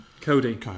Cody